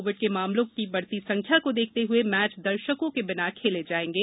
Covid के मामलों की बढ़ती संख्या को देखते हुए मैच दर्शकों के बिना खेले जायेंगे